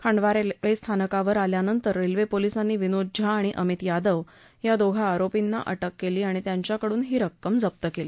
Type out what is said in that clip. Khandwa railway स्थानकावर आल्यानंतर railway पोलिसांनी विनोद झा आणि अमित यादव या दोघा आरोपींना अटक केली आणि त्यांच्याकडून ही रक्कम जप्त केली